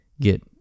get